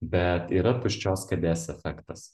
bet yra tuščios kėdės efektas